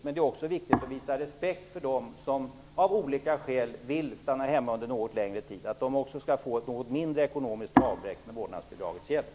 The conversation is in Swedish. Men det är också viktigt att visa respekt för dem som av olika skäl vill stanna hemma under något längre tid, och det är viktigt att de kan få ett mindre ekonomiskt avbräck med vårdnadsbidragets hjälp.